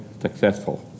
successful